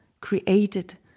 created